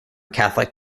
catholic